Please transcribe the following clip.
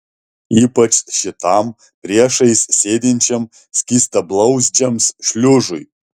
ypač šitam priešais sėdinčiam skystablauzdžiams šliužui